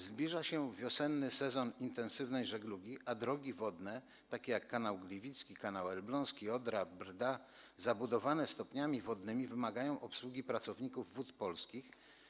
Zbliża się wiosenny sezon intensywnej żeglugi, a drogi wodne takie jak Kanał Gliwicki, Kanał Elbląski, Odra, Brda, zabudowane stopniami wodnymi, wymagają obsługi pracowników Wód Polskich.